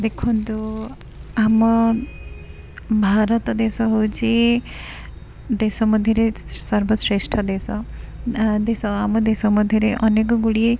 ଦେଖନ୍ତୁ ଆମ ଭାରତ ଦେଶ ହେଉଛି ଦେଶ ମଧ୍ୟରେ ସର୍ବଶ୍ରେଷ୍ଠ ଦେଶ ଆ ଦେଶ ଆମ ଦେଶ ମଧ୍ୟରେ ଅନେକ ଗୁଡ଼ିଏ